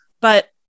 but-